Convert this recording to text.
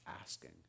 asking